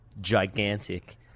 gigantic